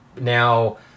now